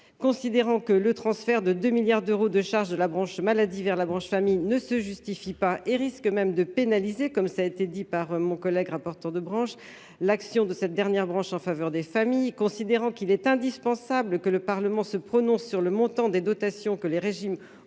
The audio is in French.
considérant que le transfert de 2 milliards d'euros de charge de la branche maladie vers la branche famille ne se justifie pas et risque même de pénaliser comme ça a été dit par mon collègue rapporteur de branches, l'action de cette dernière branche en faveur des familles, considérant qu'il est indispensable que le Parlement se prononce sur le montant des dotations que les régimes